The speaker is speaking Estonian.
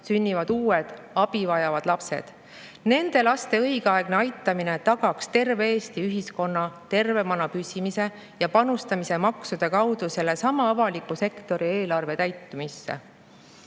sünnivad uued abi vajavad lapsed. Nende laste õigeaegne aitamine tagaks terve Eesti ühiskonna tervemana püsimise ja panustamise maksude kaudu sellesama avaliku sektori eelarve täitmisse. Kaudsemalt